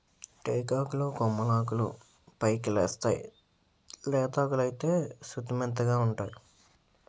టేకాకులు కొమ్మలాకులు పైకెలేస్తేయ్ లేతాకులైతే సుతిమెత్తగావుంటై